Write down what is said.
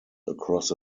across